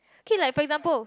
K like for example